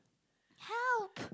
help